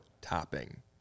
topping